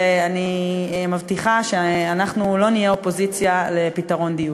ואני מבטיחה שאנחנו לא נהיה אופוזיציה לפתרון דיור.